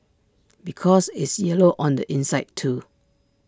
because it's yellow on the inside too